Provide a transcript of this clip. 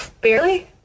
Barely